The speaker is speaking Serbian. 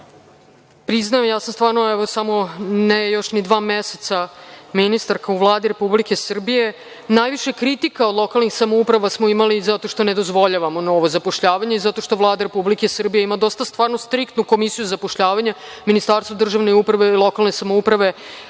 priznajem ja sam samo ne ni još dva meseca ministarka u Vladi Republike Srbije, najviše kritika lokalnih samouprava smo imali zato što ne dozvoljavamo novo zapošljavanje i zato što Vlada Republike Srbije ima dosta, stvarno striktnu komisiju zapošljavanja. Ministarstvo državne uprave i lokalne samouprave